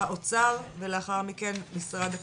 האוצר ולאחר מכן משרד הכלכלה.